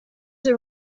the